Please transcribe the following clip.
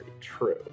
true